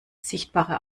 sichtbare